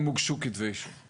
האם הוגשו כתבי אישום,